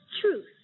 Truth